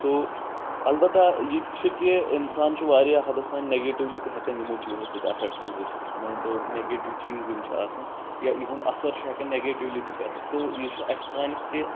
تو البتہ یہِ تہِ چھُ کہِ انسان چھُ واریاہ حدس تام نیگیٹولی تہِ ہٮ۪کان یِمو چیٖزو سۭتۍ اٮ۪فیکٹ حظ گٔژھِتھ مٲنۍ تو نیگیٹو چیٖز یِم چھِ آسان یا یِہُنٛد اثر تہِ چھُ آسان نیگیٹولی تہِ پٮ۪تھ تو یہِ چھُ اسہِ تامَتھ کہِ